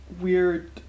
Weird